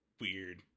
weird